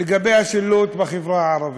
לגבי השילוט בחברה הערבית.